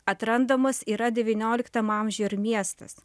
atrandamas yra devynioliktam amžiuj ir miestas